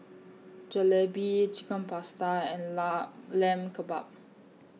Jalebi Chicken Pasta and La Lamb Kebabs